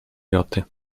joty